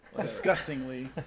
disgustingly